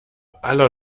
aller